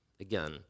Again